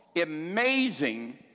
amazing